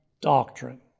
doctrine